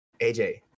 aj